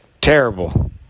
Terrible